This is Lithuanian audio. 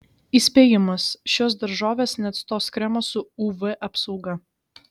įspėjimas šios daržovės neatstos kremo su uv apsauga